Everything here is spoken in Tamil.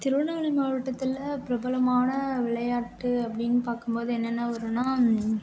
திருவண்ணாமலை மாவட்டத்தில் பிரபலமான விளையாட்டு அப்படின்னு பார்க்கும் போது என்னென்னா வரும்னா